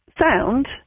sound